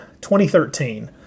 2013